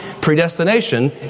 Predestination